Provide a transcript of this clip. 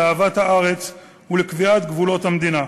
לאהבת הארץ ולקביעת גבולות המדינה.